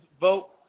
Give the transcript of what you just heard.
vote